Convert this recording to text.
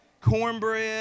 cornbread